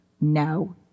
No